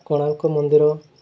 କୋଣାର୍କ ମନ୍ଦିର